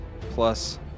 plus